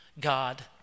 God